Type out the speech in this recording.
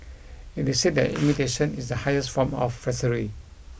it is said that imitation is the highest form of flattery